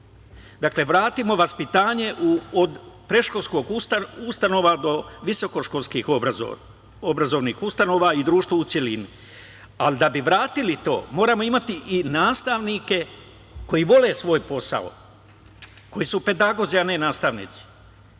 merama. Dakle, vratimo vaspitanje od predškolskih ustanova, do visokoškolskih obrazovnih ustanova i društvu u celini. Da bi vratili to, moramo imati i nastavnike koji vole svoj posao, koji su pedagozi, a ne nastavnici,